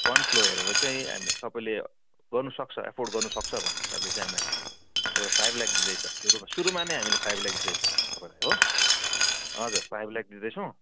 fund flow हेरेर चाहिँ तपाईँले गर्नु सक्छ एफोर्ट गर्नु सक्छ भन्ने हिसाबले चाहिँ अब हामीले तपाईँलाई फाइभ ल्याक्स दिँदैछ सुरुमा सुरुमा नै हामीले फाइभ ल्याक दिँदैछ तपाईँलाई हो हजुर फाइभ ल्याक दिँदैछौँ